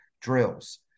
drills